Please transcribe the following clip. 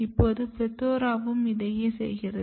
இப்போது PLETHORA வும் இதையே செய்கிறது